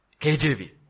KJV